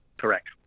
Correct